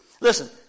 Listen